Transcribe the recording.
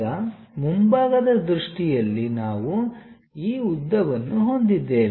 ಈಗ ಮುಂಭಾಗದ ದೃಷ್ಟಿಯಲ್ಲಿ ನಾವು ಈ ಉದ್ದವನ್ನು ಹೊಂದಿದ್ದೇವೆ